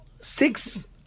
six